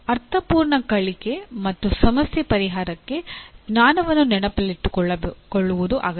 ಆದ್ದರಿಂದ ಅರ್ಥಪೂರ್ಣ ಕಲಿಕೆ ಮತ್ತು ಸಮಸ್ಯೆ ಪರಿಹಾರಕ್ಕೆ ಜ್ಞಾನವನ್ನು ನೆನಪಿಟ್ಟುಕೊಳ್ಳುವುದು ಅತ್ಯಗತ್ಯ